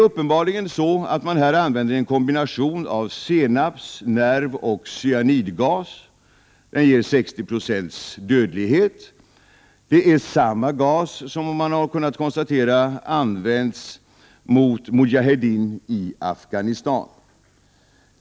Uppenbarligen använder man här en kombination av senaps-, nervoch cyanidgas. Den har en dödlighet på 60 96. Det är samma gas som man har kunnat konstatera användes mot mujahedin i Afghanistan.